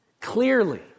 clearly